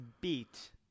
beat